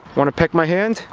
wanna peck my hand?